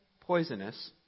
poisonous